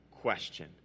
question